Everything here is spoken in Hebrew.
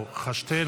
שטרן,